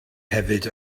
hefyd